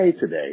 today